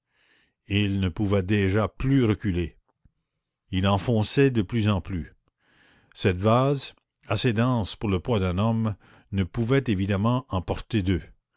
il ne pouvait déjà plus reculer il enfonçait de plus en plus cette vase assez dense pour le poids d'un homme ne pouvait évidemment en porter deux